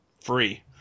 free